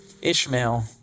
Ishmael